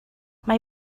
mae